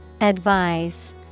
Advise